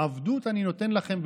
עבדות אני נותן לכם,